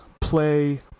play